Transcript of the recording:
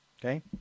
Okay